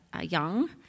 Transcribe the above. Young